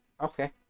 Okay